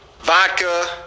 vodka